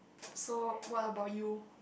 so what about you